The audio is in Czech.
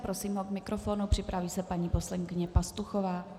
Prosím ho k mikrofonu, připraví se paní poslankyně Pastuchová.